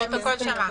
זה מספיק טוב.